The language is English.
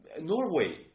Norway